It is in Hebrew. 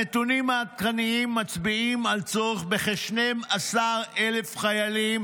הנתונים העדכניים מצביעים על צורך בכ-12,000 חיילים